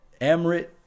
Amrit